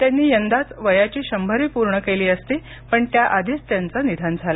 त्यांनि यंदाच वयाची शंभरी पूर्ण केली असती पण त्या आधीच त्यांच निधन झालं